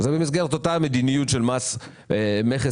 זה במסגרת אותה מדיניות של מס מכס אפס.